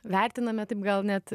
vertiname taip gal net